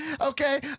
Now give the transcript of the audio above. Okay